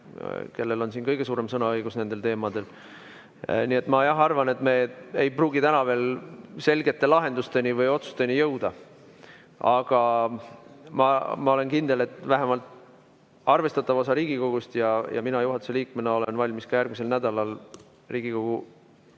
kellel on siin kõige suurem sõnaõigus nendel teemadel. Nii et ma arvan, et me ei pruugi täna veel selgete lahendusteni või otsusteni jõuda. Aga ma olen kindel, et vähemalt arvestatav osa Riigikogust ja mina juhatuse liikmena olen valmis ka järgmisel nädalal Riigikogu